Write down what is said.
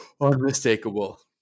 unmistakable